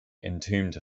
entombed